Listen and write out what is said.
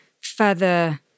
further